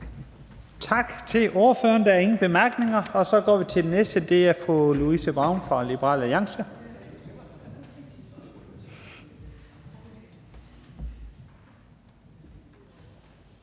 Tak til ordføreren. Der er ingen korte bemærkninger. Så går vi til den næste, og det er fru Louise Brown fra Liberal Alliance.